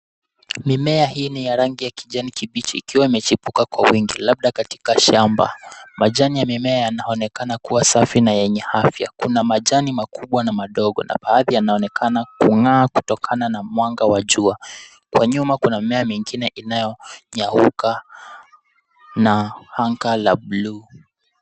Mimea hii ni ya rangi ya kijani kibichi ikiwa imechipuka kwa uwingi labda katika shamba. Majani ya mimea yanaonekana kuwa safi na yenye afia, kuna majani makubwa na madogo na baadhi yanaonekana kungaa kutokana na mwanga wa jua. Kwa nyuma kuna mimea mingine inayo nyauka na anga la buluu.